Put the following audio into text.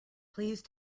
please